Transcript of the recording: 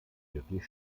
wirklich